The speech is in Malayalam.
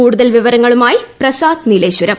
കൂടുതൽ വിവരങ്ങളുമായി പ്രസാദ് നീലേശ്വരം